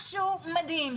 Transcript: משהו מדהים.